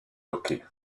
hockey